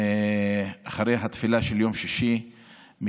אחרי התפילה של יום שישי הם